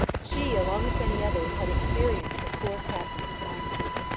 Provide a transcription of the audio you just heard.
she, along with many others, had experienced the poor captain's kindness.